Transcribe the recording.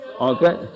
okay